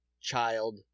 child